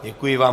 Děkuji vám.